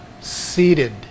seated